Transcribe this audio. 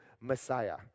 messiah